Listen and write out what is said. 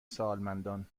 سالمندان